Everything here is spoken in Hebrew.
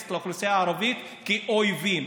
מתייחסת לאוכלוסייה הערבית כאל אויבים.